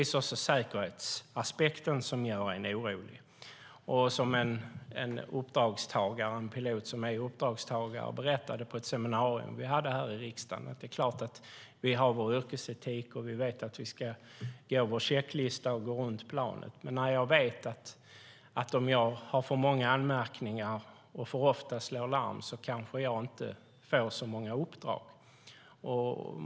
Säkerhetsaspekten oroar också. En pilot som är uppdragstagare berättade på ett seminarium i riksdagen att man såklart har sin yrkesetik och vet att man ska kolla planet enligt checklistan. Men har man för många anmärkningar och slår larm för ofta får man kanske inte så många uppdrag.